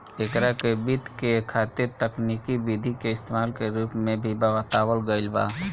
एकरा के वित्त के खातिर तकनिकी विधि के इस्तमाल के रूप में भी बतावल गईल बा